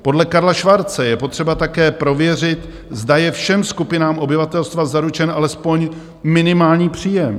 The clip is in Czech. Podle Karla Schwarze je také potřeba prověřit, zda je všem skupinám obyvatelstva zaručen alespoň minimální příjem.